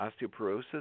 osteoporosis